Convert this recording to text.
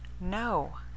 No